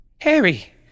Harry